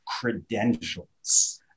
credentials